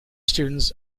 students